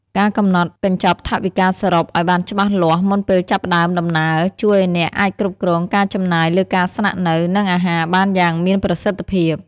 ការកំណត់កញ្ចប់ថវិកាសរុបឱ្យបានច្បាស់លាស់មុនពេលចាប់ផ្តើមដំណើរ ជួយឱ្យអ្នកអាចគ្រប់គ្រងការចំណាយលើការស្នាក់នៅ និងអាហារបានយ៉ាងមានប្រសិទ្ធភាព។